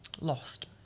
lost